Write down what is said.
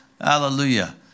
Hallelujah